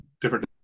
different